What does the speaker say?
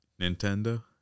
nintendo